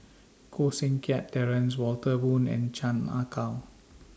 Koh Seng Kiat Terence Walter Woon and Chan Ah Kow